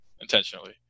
Intentionally